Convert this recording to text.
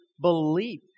belief